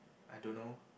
I don't know